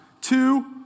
Two